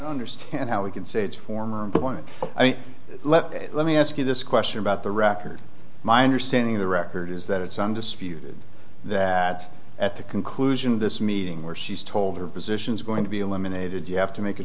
working understand how we can say to former employees let's let me ask you this question about the record my understanding the record is that it's undisputed that at the conclusion of this meeting where she's told her position is going to be eliminated you have to make a